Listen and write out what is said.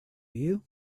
you